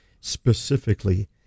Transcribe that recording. Specifically